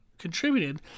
Contributed